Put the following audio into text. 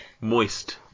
Moist